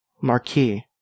Marquis